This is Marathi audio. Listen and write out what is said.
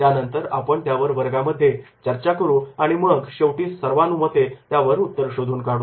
त्यानंतर आपण त्यावर वर्गामध्ये आपण चर्चा करू आणि मग शेवटी सर्वानुमते त्यावर उत्तर शोधून काढू